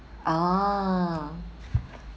ah